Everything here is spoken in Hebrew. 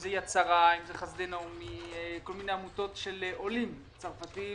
אם זה יד שרה, חסדי נעמי, עמותות של עולים צרפתים